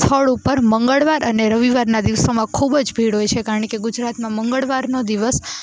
સ્થળ ઉપર મંગળવાર અને રવિવારના દિવસોમાં ખૂબ જ ભીડ હોય છે કારણ કે ગુજરાતમાં મંગળવારનો દિવસ